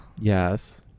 yes